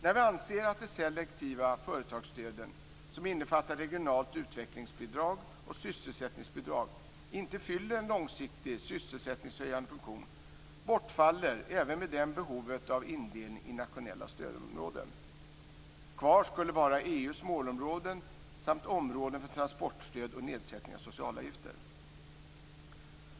När vi anser att de selektiva företagsstöden, som innefattar regionalt utvecklingsbidrag och sysselsättningsbidrag, inte fyller en långsiktig sysselsättningshöjande funktion bortfaller även med dem behovet av indelning i nationella stödområden. Kvar skulle vara Herr talman!